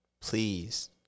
Please